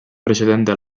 precedente